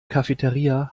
cafeteria